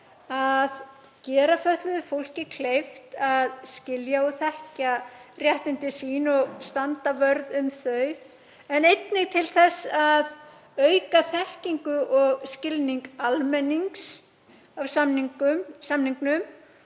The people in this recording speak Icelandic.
að gera fötluðu fólki kleift að skilja og þekkja réttindi sín og standa vörð um þau. En einnig til þess að auka þekkingu og skilning almennings á samningnum,